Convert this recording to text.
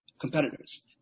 competitors